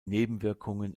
nebenwirkungen